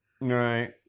Right